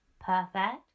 perfect